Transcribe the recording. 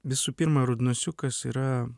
visų pirma rudnosiukas yra